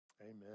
Amen